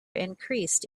increased